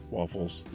Waffles